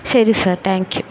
ശരി sir thank you